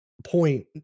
point